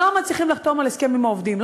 לא מצליחים לחתום על הסכם עם העובדים,